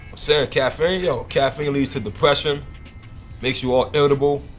so caffeine ah caffeine leads to depression. makes you all irritable.